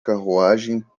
carruagem